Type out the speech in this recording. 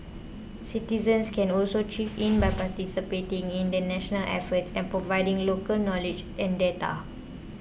citizens can also chip in by participating in the national effort and providing local knowledge and data